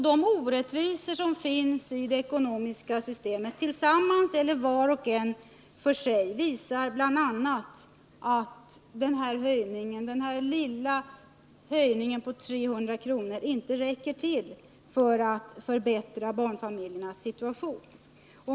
De orättvisor som finns i det ekonomiska systemet, tillsammans eller var och en för sig, visar bl.a. att den lilla höjningen på 300 kr. inte räcker till för att förbättra barnfamiljernas situation.